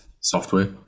software